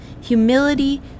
humility